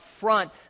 front